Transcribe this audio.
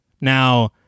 Now